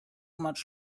much